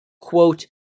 Quote